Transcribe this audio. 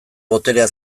boterea